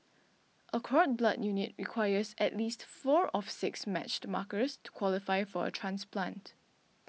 a cord blood unit requires at least four of six matched markers to qualify for a transplant